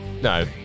No